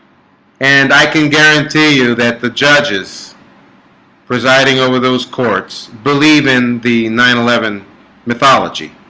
and i can guarantee you that the judges presiding over those courts believe in the nine eleven mythology